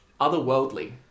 otherworldly